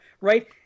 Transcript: right